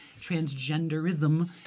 transgenderism